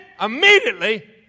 immediately